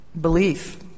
Belief